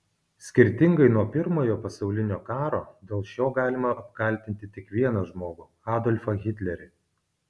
skirtingai nuo pirmojo pasaulinio karo dėl šio galima apkaltinti tik vieną žmogų adolfą hitlerį